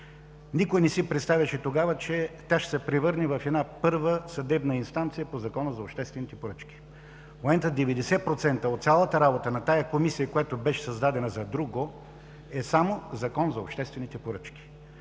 тогава не си представяше, че тя ще се превърне в първа съдебна инстанция по Закона за обществените поръчки. В момента 90% от цялата работа на тази Комисия, която беше създадена за друго, е само по Закона за обществените поръчки.